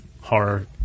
horror